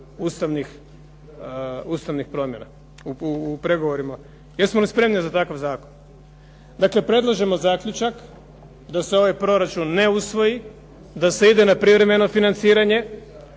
Ustavnih promjena, u pregovorima. Jesmo li spremni za takav zakon? Dakle predlažemo zaključak da se ovaj Proračun ne usvoji, da se ide na privremeno financiranje,